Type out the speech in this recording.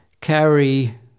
carry